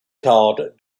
called